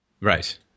right